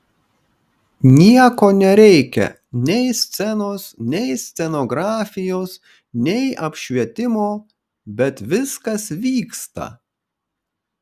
nieko nereikia nei scenos nei scenografijos nei apšvietimo bet viskas vyksta